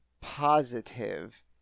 positive